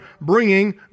bringing